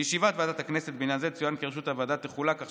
בישיבת ועדת הכנסת בעניין זה צוין כי ראשות הוועדה תחולק כך